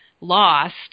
lost